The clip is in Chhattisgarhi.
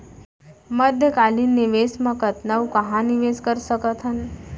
मध्यकालीन निवेश म कतना अऊ कहाँ निवेश कर सकत हन?